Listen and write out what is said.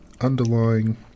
underlying